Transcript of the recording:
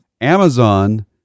Amazon